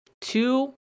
two